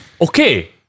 okay